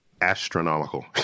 Astronomical